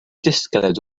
disgled